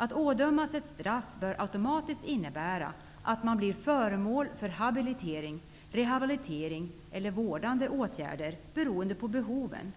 Att ådömas ett straff bör automatiskt innebära att man blir föremål för habilitering, rehalibitering eller vårdande åtgärder -- beroende på behoven.